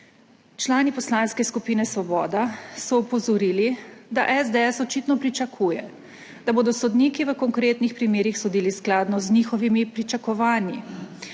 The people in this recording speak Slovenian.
Člani poslanske skupine Svoboda so opozorili, da SDS očitno pričakuje, da bodo sodniki v konkretnih primerih sodili skladno z njihovimi pričakovanji